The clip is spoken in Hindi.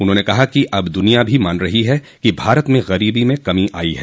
उन्होंने कहा कि अब दुनिया भी मान रही है कि भारत में गरीबी में कमी आयी है